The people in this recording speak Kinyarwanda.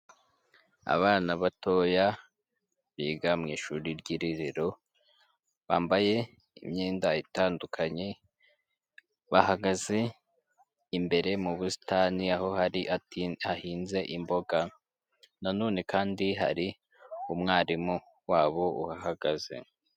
Abana batoya biga mu ishuri ry'irerero bambaye imyenda itandukanye. Bahagaze imbere mu busitani aho hari ati hahinze imboga. Nanone kandi hari umwarimu wabo uhahagaze.